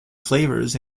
flavors